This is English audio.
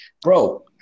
Bro